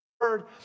heard